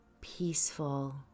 peaceful